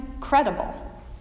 credible